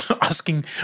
asking